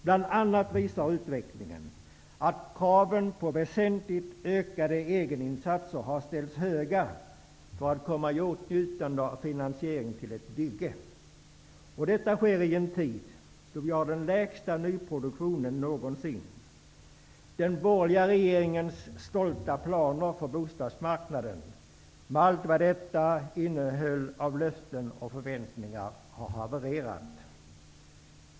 Bl.a. visar utvecklingen att kraven på väsentligt ökade egeninsatser har varit höga för att man skall komma i åtnjutande av finansiering vid ett bygge. Detta sker i en tid då vi har den lägsta nyproduktionen någonsin. Den borgerliga regeringens stolta planer för bostadsmarknaden, med allt vad det här innehöll av löften och förväntningar, har havererat.